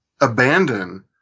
abandon